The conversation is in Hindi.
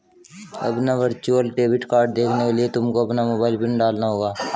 अपना वर्चुअल डेबिट कार्ड देखने के लिए तुमको अपना मोबाइल पिन डालना होगा